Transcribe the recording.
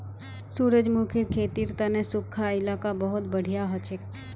सूरजमुखीर खेतीर तने सुखा इलाका बहुत बढ़िया हछेक